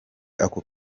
ako